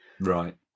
Right